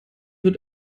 wird